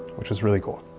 which is really cool.